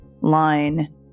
line